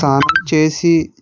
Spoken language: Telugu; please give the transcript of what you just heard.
స్నానం చేసి